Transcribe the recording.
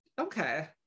okay